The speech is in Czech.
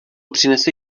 přinese